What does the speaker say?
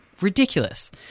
ridiculous